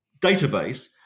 database